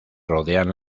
rodean